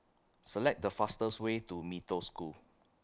Select The fastest Way to Mee Toh School